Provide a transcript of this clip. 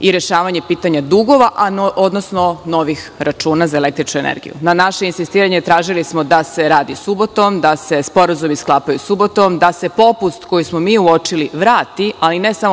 i rešavanje pitanja dugova, odnosno novih računa za električnu energiju. Na naše insistiranje tražili smo da se radi subotom, da se sporazumi sklapaju subotom, da se popust koji smo mi uočili vrati, ali ne samo popust